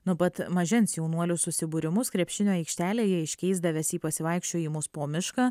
nuo pat mažens jaunuolių susibūrimus krepšinio aikštelėje iškeisdavęs į pasivaikščiojimus po mišką